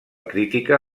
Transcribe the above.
crítica